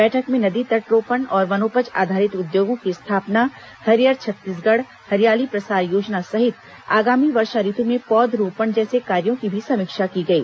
बैठक में नदी तट रोपण और वनोपज आधारित उद्योगों की स्थापना हरियर छत्तीसगढ़ हरियाली प्रसार योजना सहित आगामी वर्षा ऋतु में पौधरोपण जैसे कार्यो की भी समीक्षा की गई